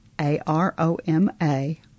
A-R-O-M-A